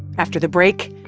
after the break,